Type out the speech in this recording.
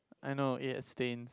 I know ate at